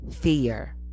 fear